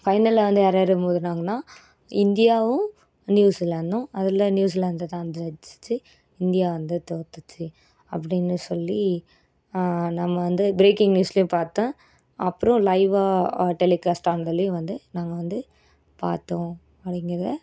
ஃபைனல்ல வந்து யார் யார் மோதுனாகன்னா இந்தியாவும் நியூசிலாந்தும் அதில் நியூசிலாந்துதான் ஜெய்ச்சுச்சு இந்தியா வந்து தோத்துச்சு அப்படின்னு சொல்லி நம்ம வந்து ப்ரேக்கிங் நியூஸ்லயும் பார்த்தேன் அப்பறம் லைவா டெலிகாஸ்ட் ஆனதுலேயும் வந்து நாங்கள் வந்து பார்த்தோம் அப்படிங்குறத